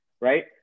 right